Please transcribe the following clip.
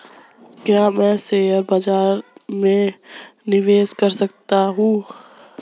क्या मैं शेयर बाज़ार में निवेश कर सकता हूँ?